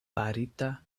farita